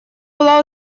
была